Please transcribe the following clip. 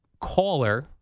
caller